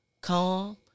calm